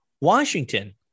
Washington